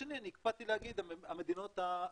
אני הקפדתי להגיד המדינות המפותחות,